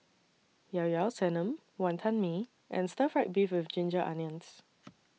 Llao Llao Sanum Wantan Mee and Stir Fried Beef with Ginger Onions